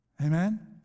Amen